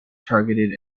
targeted